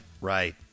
Right